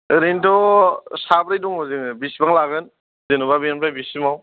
ओरैनोथ' साब्रै दङ जोङो बेसेबां लागोन जेन'बा बेनिफ्राय बेसिमाव